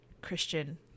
Christian